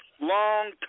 long